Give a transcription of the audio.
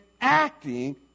acting